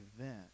event